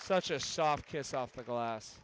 such a soft kiss off the las